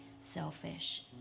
selfish